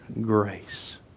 grace